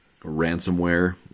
ransomware